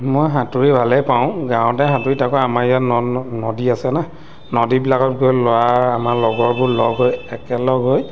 মই সাঁতুৰি ভালেই পাওঁ গাঁৱতে সাঁতুৰি থাকোঁ আমাৰ ইয়াত নদ নদী আছে না নদীবিলাকত গৈ ল'ৰা আমাৰ লগৰবোৰ লগ হৈ একেলগ হৈ